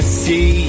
see